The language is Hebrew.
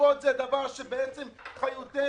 הישיבות זה דבר שבעצם חיותנו,